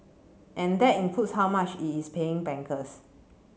and that includes how much it is paying bankers